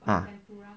ah